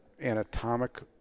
anatomic